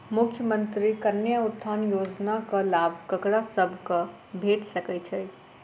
मुख्यमंत्री कन्या उत्थान योजना कऽ लाभ ककरा सभक भेट सकय छई?